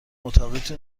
اتاقیتون